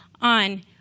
on